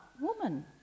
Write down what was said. woman